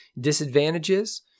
disadvantages